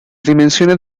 dimensiones